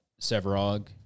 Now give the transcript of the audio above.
Severog